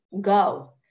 go